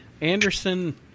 Anderson